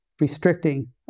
restricting